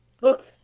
Look